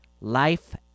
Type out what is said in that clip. Life